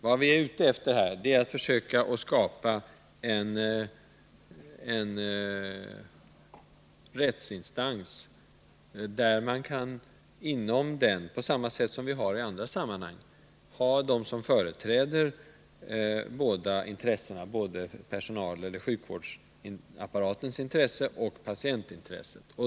Vad vi här är ute efter är att försöka skapa en rättsinstans, där det på samma sätt som i andra sammanhang finns företrädare för båda intressena, dvs. sjukvårdsapparatens intresse och patientintressena.